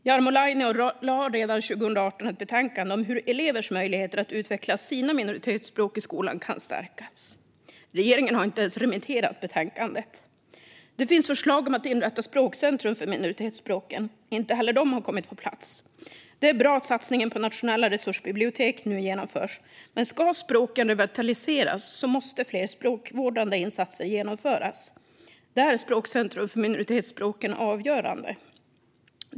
Jarmo Lainio lade redan 2018 fram ett betänkande om hur elevers möjligheter att utveckla sina minoritetsspråk i skolan kan stärkas. Regeringen har inte ens remitterat betänkandet. Det finns förslag om att inrätta språkcentrum för minoritetsspråken. Inte heller de har kommit på plats. Det är bra att satsningen på nationella resursbibliotek nu genomförs, men ska språken revitaliseras måste fler språkvårdande insatser genomföras. Där är språkcentrum för minoritetsspråken avgörande.